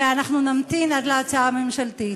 ואנחנו נמתין להצעה הממשלתית.